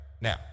now